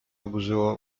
oburzyło